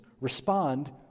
respond